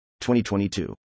2022